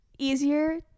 easier